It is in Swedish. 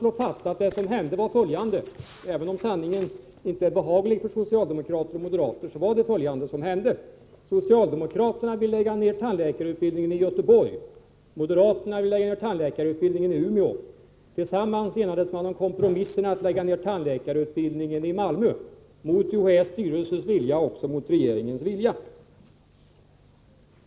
Låt mig alltså slå fast — även om sanningen inte är behaglig för socialdemokrater och moderater — att vad som hände var följande. Socialdemokraterna ville lägga ned tandläkarutbildningen i Göteborg, och moderaterna ville lägga ned tandläkarutbildningen i Umeå. Tillsammans enades de om kompromissen att lägga ned tandläkarutbildningen i Malmö, mot UHÄ:s styrelses och även mot regeringens vilja.